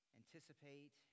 anticipate